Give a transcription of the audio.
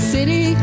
City